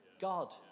God